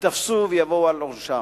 ייתפסו ויבואו על עונשם.